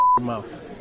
mouth